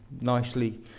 nicely